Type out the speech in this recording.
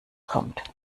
kommt